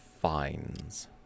fines